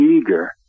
eager